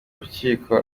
rukiko